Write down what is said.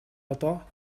одоо